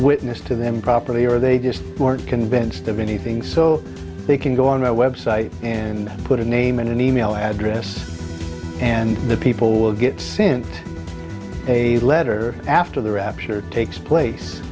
witness to them properly or they just weren't convinced of anything so they can go on a website and put a name in an email address and the people will get sent a letter after the rapture takes place